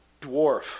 dwarf